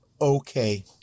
okay